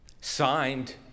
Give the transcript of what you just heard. Signed